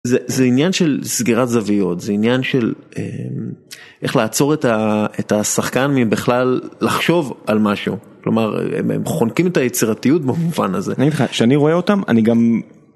זה עניין של סגירת זוויות, זה עניין של איך לעצור את השחקן מבכלל לחשוב על משהו, כלומר הם חונקים את היצירתיות במובן הזה. אני אגיד לך, שאני רואה אותם אני גם...